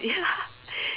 ya